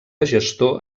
gestor